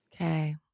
Okay